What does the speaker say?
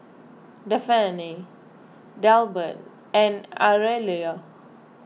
Dafne Delbert and Aurelio